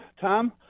Tom